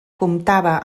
comptava